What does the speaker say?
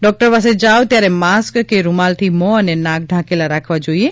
doctor પાસે જાવ ત્યારે માસ્ક કે રૂમાલથી મોં અને નાક ઢાંકેલા રાખવાં જોઈએ